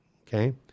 okay